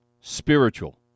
spiritual